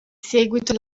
seguito